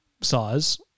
Size